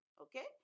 Okay